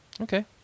Okay